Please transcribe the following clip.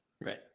Right